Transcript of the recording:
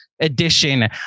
edition